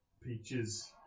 peaches